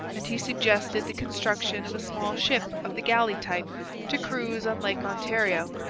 and he suggested the construction of a small ship of the galley type to cruise on lake ontario,